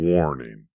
Warning